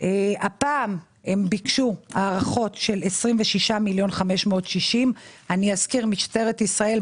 הפעם הם ביקשו הערכות של 26,560,000. אני אזכיר שמשטרת ישראל,